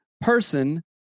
person